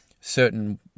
certain